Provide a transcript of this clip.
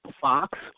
Fox